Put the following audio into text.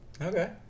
Okay